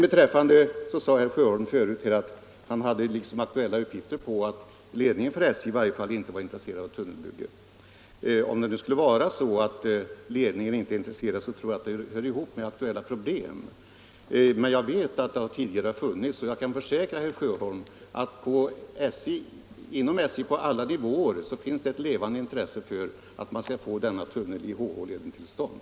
Herr Sjöholm sade tidigare att han hade aktuella uppgifter om att i varje fall ledningen för SJ inte var intresserad av tunnelbygge. Om det nu skulle vara så att ledningen inte är det tror jag att det hör ihop med aktuella problem. Men jag vet att det tidigare har funnits intresse för detta, och jag kan försäkra herr Sjöholm att det på alla nivåer inom SJ finns ett levande intresse för att få denna tunnel i HH-leden = till stånd.